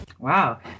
Wow